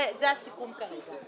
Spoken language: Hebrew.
זה הסיכום כרגע.